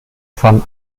van